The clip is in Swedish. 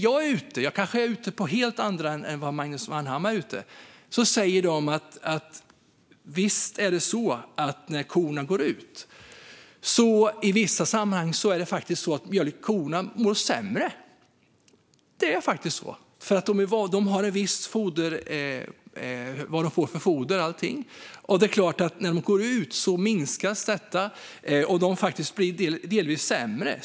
Jag kanske besöker helt andra ställen än Magnus Manhammar, men när jag är ute märker jag att bönderna säger att när korna går ut mår de i vissa sammanhang sämre. Det är faktiskt på det sättet. De är vana vid att få ett visst foder. När de går ut minskas det, och de mår delvis sämre.